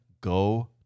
go